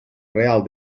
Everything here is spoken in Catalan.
real